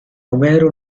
omero